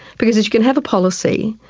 because you can have a policy,